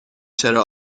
چرا